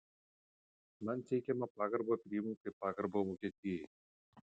man teikiamą pagarbą priimu kaip pagarbą vokietijai